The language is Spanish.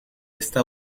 esta